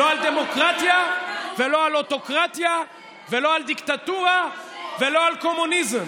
לא על דמוקרטיה ולא על אוטוקרטיה ולא על דיקטטורה ולא על קומוניזם.